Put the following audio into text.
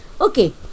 Okay